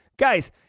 Guys